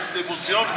יש מוזיאון,